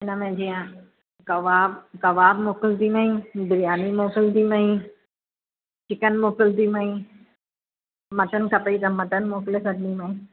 हिन में जीअं कबाब कबाब मकिलंदी मई बिरयानी मोकिलंदी मई चिकन मोकिलंदी मई मटन खपई त मटन मोकले छॾंदी मई